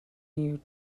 you